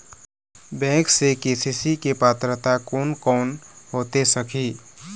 Bank से KCC के पात्रता कोन कौन होथे सकही?